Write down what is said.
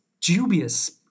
dubious